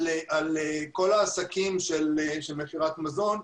על כל העסקים של מכירת מזון,